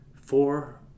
four